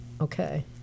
okay